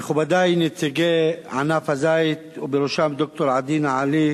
מכובדי נציגי ענף הזית ובראשם ד"ר עדי נעלי,